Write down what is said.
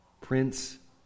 Prince